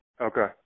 okay